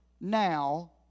now